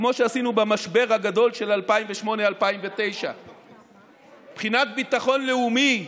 כמו שעשינו במשבר הגדול של 2009-2008. מבחינת ביטחון לאומי,